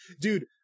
dude